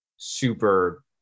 Super